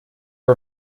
are